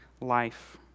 life